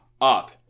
up